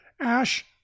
Ash